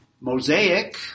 Mosaic